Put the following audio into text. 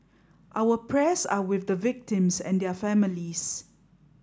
our prayers are with the victims and their families